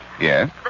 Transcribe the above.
Yes